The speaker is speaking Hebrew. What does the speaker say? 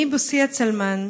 אני בוסיה צלמן.